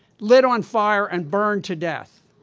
lit on fire, and burned to death.